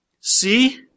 See